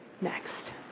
next